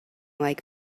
like